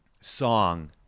song